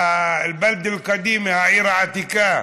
אל-בלד אל-קדימה, העיר העתיקה,